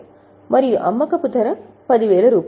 5333 మరియు అమ్మకపు ధర రూ